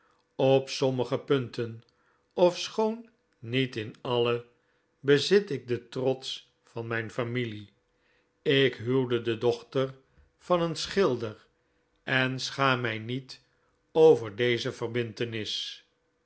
op sommige punten ofschoon niet in alle bezit ik den trots van mijn familie ik huwde de dochter van een schilder en schaam mij niet over deze verbintenis